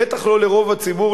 בטח לא לרוב הציבור,